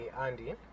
Andy